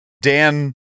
Dan